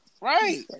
Right